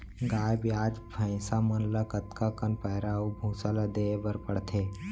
गाय ब्याज भैसा मन ल कतका कन पैरा अऊ भूसा ल देये बर पढ़थे?